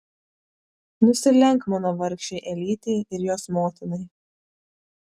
nusilenk mano vargšei elytei ir jos motinai